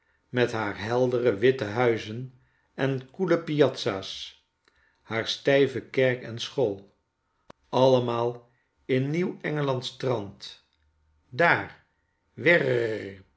met haar heldere witte huizen en koele piazza's haar stijve kerk en school altemaal in nieuw engelands trant daar